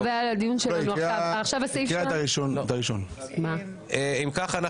אם כך,